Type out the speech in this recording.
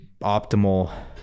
optimal